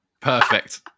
perfect